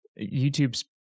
YouTube's